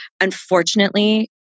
Unfortunately